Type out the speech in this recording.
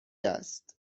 است